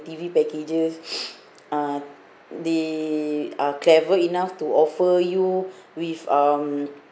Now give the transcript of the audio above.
the T_V packages uh they are clever enough to offer you with um